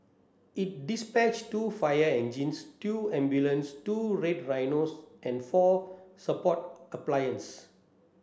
it dispatched two fire engines two ambulance two Red Rhinos and four support appliance